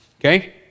Okay